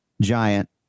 giant